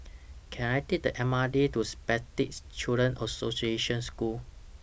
Can I Take The M R T to Spastic Children's Association School